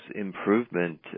improvement